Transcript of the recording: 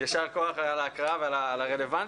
יישר כוח על ההקראה ועל הרלוונטיות.